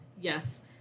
Yes